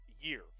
year